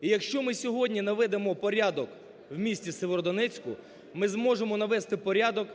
І якщо ми сьогодні наведемо порядок в місті Сєвєрдонецьку, ми зможемо навести порядок